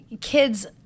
kids